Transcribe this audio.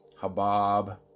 Habab